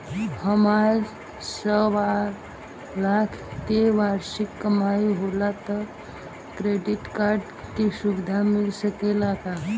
हमार सवालाख के वार्षिक कमाई होला त क्रेडिट कार्ड के सुविधा मिल सकेला का?